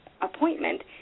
appointment